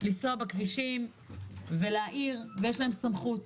לנסוע בכבישים ולהעיר, ויש להם סמכות.